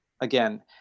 again